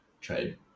trade